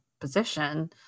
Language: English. position